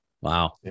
Wow